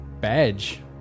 badge